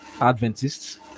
adventists